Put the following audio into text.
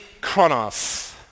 chronos